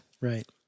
Right